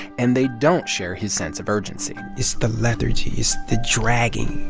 and they don't share his sense of urgency it's the lethargy. it's the dragging.